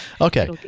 okay